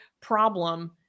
problem